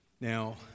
now